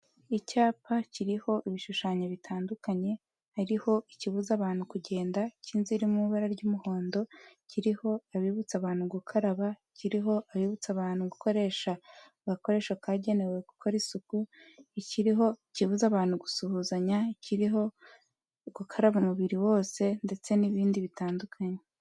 Icyapa kiriho ibishushanyo bitandukanye hariho ikibuza abantu kugenda k'inzu iri mu ibara ry'umuhondo, kiriho abibutsa abantu gukaraba, kiriho abibutsa abantu gukoresha agakoresho kagenewe gukora isuku, ikiriho kibuza abantu gusuhuzanya, ikiriho gukaraba umubiri wose ndetse n'ibindi bitandukanye.